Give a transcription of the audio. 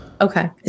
Okay